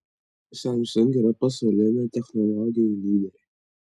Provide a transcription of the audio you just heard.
samsung yra pasaulinė technologijų lyderė